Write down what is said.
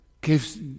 gives